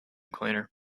cleaner